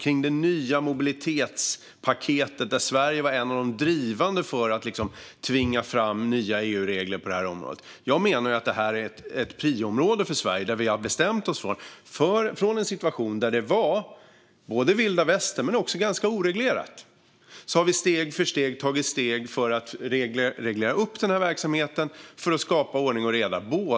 Det gäller det nya mobilitetspaketet, där Sverige var en av de drivande för att tvinga fram nya EU-regler på området. Jag menar att detta är ett prio-område för Sverige. Vi har gått från en situation där det var både vilda västern och också ganska oreglerat. Vi har steg för steg gått mot att reglera verksamheten och att skapa ordning och reda.